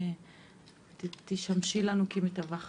תשמשי לנו מתווכת.